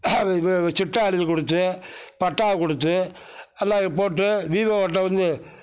அது சிட்டா எழுதி கொடுத்து பட்டா கொடுத்து எல்லாம் போட்டு விவோகிட்ட வந்து